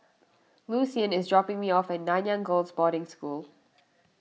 Lucian is dropping me off at Nanyang Girls' Boarding School